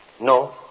No